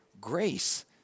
grace